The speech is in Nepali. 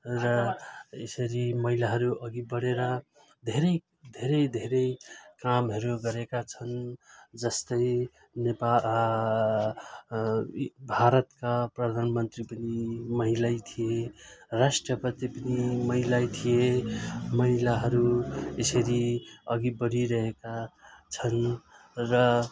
र यसरी महिलाहरू अघि बढेर धेरै धेरै धेरै कामहरू गरेका छन् जस्तै नेपा भारतका प्रधानमन्त्री पनि महिलै थिए राष्ट्रपति पनि महिलै थिए महिलाहरू यसरी अघि बढिरहेका छन् र